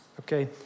okay